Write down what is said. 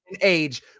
age